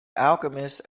alchemist